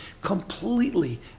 completely